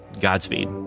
Godspeed